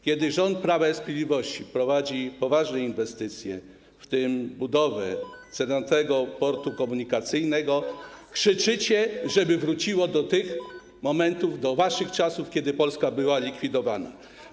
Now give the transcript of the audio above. Kiedy rząd Prawa i Sprawiedliwości prowadzi poważne inwestycje, w tym budowę Centralnego Portu Komunikacyjnego, krzyczycie, żeby wrócić do tych momentów, do waszych czasów, kiedy Polska była likwidowana.